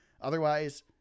Otherwise